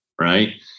right